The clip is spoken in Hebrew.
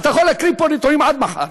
אתה יכול להקריא פה נתונים עד מחר.